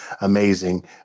amazing